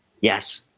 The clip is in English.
Yes